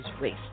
race